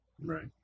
Right